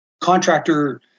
contractor